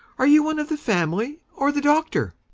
are you one of the family or the doctor?